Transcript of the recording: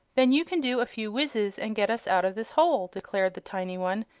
then you can do a few wizzes and get us out of this hole, declared the tiny one,